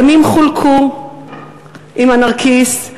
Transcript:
עלונים חולקו עם הנרקיס,